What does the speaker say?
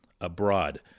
abroad